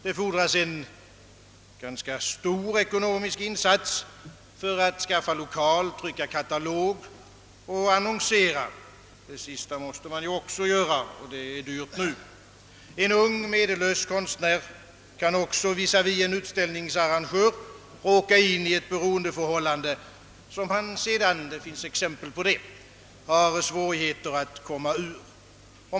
Det fordras en ganska stor ekonomisk insats för att skaffa lokal, trycka katalog och annonsera. Inte minst det sistnämnda är dyrt. Det finns därutöver exempel på att en ung, medellös konstnär visavi en ut .ställningsarrangör kan råka in i ett be roendeförhållande, som han sedan har svårt att komma ur.